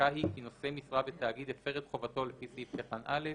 חזקה היא כי נושא משרה בתאגיד הפר את חובתו לפי סעיף קטן (א),